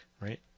Right